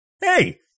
Hey